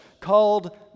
called